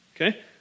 Okay